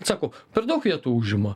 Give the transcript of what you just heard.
sako per daug vietų užima